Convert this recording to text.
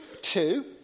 Two